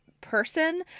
person